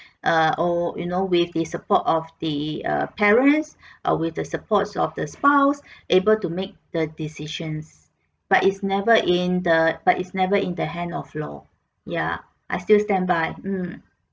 err or you know with the support of the err parents err with the support of the spouse able to make the decisions but it's never in the but it's never in the hand of law ya I still stand by mm